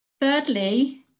Thirdly